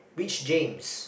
which James